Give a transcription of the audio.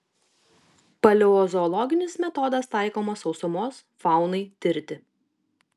paleozoologinis metodas taikomas sausumos faunai tirti